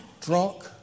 drunk